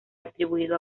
atribuido